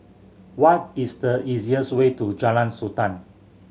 what is the easiest way to Jalan Sultan